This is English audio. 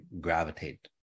gravitate